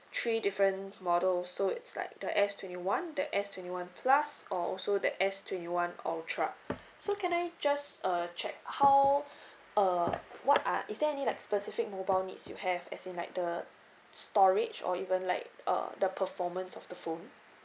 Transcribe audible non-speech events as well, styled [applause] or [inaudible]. three different models so it's like the S twenty one the S twenty one plus or also the S twenty one ultra [noise] so can I just uh check how [noise] [breath] uh [noise] what are [noise] is there any like specific mobile needs you have as in like the storage or even like uh the performance of the phone